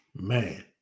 man